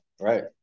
Right